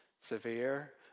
severe